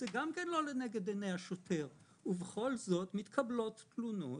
זה גם לא לנגד עיני השוטר ובכל זאת מתקבלות תלונות